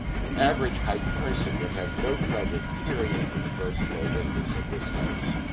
an average-height person would have no trouble peering into the first floor windows of this house.